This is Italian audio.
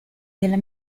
della